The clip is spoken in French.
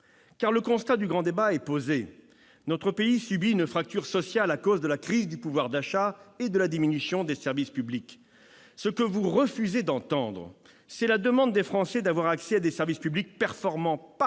Car le constat du grand débat est posé. Notre pays subit une fracture sociale à cause de la crise du pouvoir d'achat et de la diminution des services publics. Ce que vous refusez d'entendre, c'est la demande des Français d'avoir accès à des services publics performants, partout